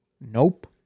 nope